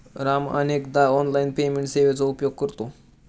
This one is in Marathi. राम अनेकदा ऑनलाइन पेमेंट सेवेचा उपयोग करतो